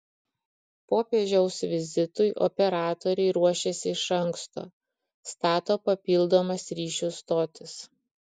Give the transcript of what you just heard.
popiežiaus vizitui operatoriai ruošiasi iš anksto stato papildomas ryšių stotis